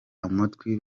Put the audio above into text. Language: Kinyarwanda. amatwi